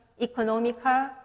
economical